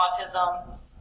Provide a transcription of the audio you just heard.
Autism